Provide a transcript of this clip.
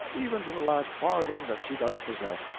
even to the last farthing that she doth possess,